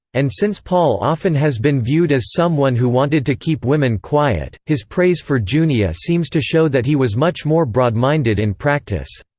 and since paul often has been viewed as someone who wanted to keep women quiet, his praise for junia seems to show that he was much more broadminded in practice,